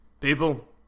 People